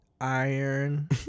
Iron